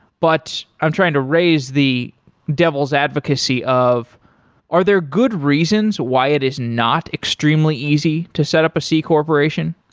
but i'm trying to raise the devil's advocacy of are there good reasons why it is not extremely easy to set up a c-corporation?